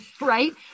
right